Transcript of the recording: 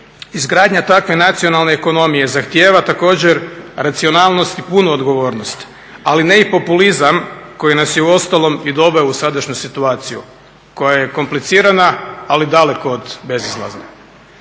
Izgradnja takve nacionalne ekonomije zahtijeva također racionalnost i punu odgovornost, ali ne i populizam koji nas je uostalom i doveo u sadašnju situaciju koja je komplicirana, ali daleko od bezizlazne.